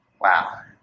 Wow